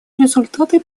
результаты